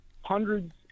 hundreds